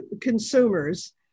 consumers